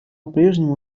прежнему